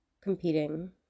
competing